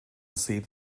sydd